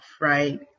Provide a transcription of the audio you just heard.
right